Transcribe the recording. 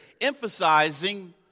emphasizing